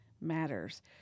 Matters